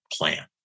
plan